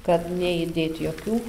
kad neįdėti jokių